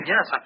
Yes